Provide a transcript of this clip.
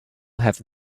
have